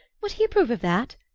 would he approve of that?